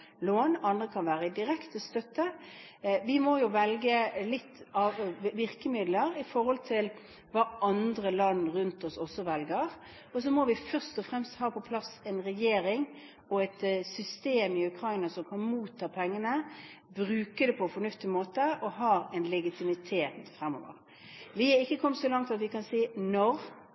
lån. Andre måter kan være direkte støtte. Vi må jo velge virkemidler litt i forhold til hva andre land rundt oss også velger. Og så må vi først og fremst ha på plass en regjering og et system i Ukraina som kan motta pengene og bruke dem på en fornuftig måte, og som har en legitimitet fremover. Vi er ikke kommet så langt at vi kan si når